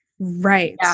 Right